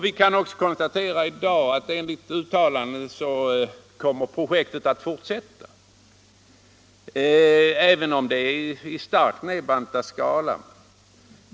Vi kan också i dag konstatera att projektet enligt uttalanden som gjorts kommer att fortsätta, även om det sker något annorlunda och i starkt nedbantad skala.